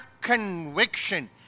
conviction